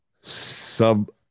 Sub